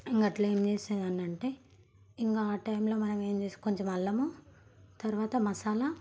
ఇంకా అలాగే ఏం చేసేదాన్నంటే ఇంకా ఆ టైంలో మనం ఏం చేసుకోవడం కొంచెం అల్లము తరువాత మసాలా